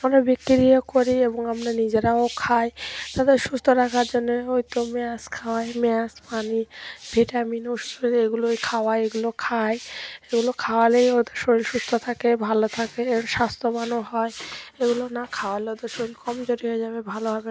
আমরা বিক্রিও করি এবং আমরা নিজেরাও খাই তাদের সুস্থ রাখার জন্যে হয়ইতো মেয়াজ খাওয়াই মেয়াজ পানি ভিটামিন ওষুধ এগুলোই খাওয়া এগুলো খাই এগুলো খাওয়ালেই ওদের শরীর সুস্থ থাকে ভালো থাকে স্বাস্থ্যবানও হয় এগুলো না খাওয়ালে ওদের শরীর কমজোরি হয়ে যাবে ভালো হবে না